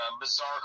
bizarre